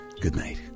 goodnight